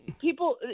people